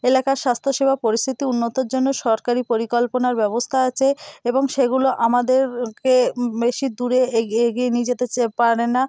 এলাকার স্বাস্থ্যসেবা পরিস্থিতি উন্নতর জন্য সরকারি পরিকল্পনার ব্যবস্থা আছে এবং সেগুলো আমাদেরকে বেশি দূরে এগিয়ে এগিয়ে নিয়ে যেতে হচ্ছে পারে না